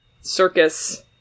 circus